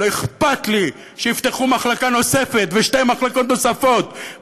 לא אכפת לי שיפתחו מחלקה נוספת או שתי מחלקות נוספות,